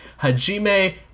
Hajime